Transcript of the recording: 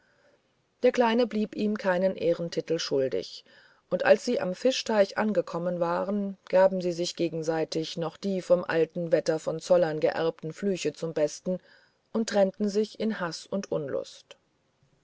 der kleine blieb ihm keinen ehrentitel schuldig und als sie am fischteich angekommen waren gaben sie sich gegenseitig noch die vom alten wetter von zollern geerbten flüche zum besten und trennten sich in haß und unlust